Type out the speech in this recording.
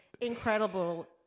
incredible